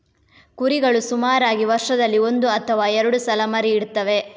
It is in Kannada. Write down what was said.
ಕುರಿಗಳು ಸುಮಾರಾಗಿ ವರ್ಷದಲ್ಲಿ ಒಂದು ಅಥವಾ ಎರಡು ಸಲ ಮರಿ ಇಡ್ತವೆ